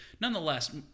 nonetheless